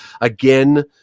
again